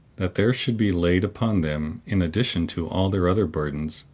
that there should be laid upon them, in addition to all their other burdens,